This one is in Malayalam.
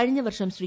കഴിഞ്ഞ വർഷം ശ്രീ